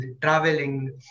traveling